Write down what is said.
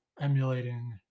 emulating